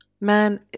man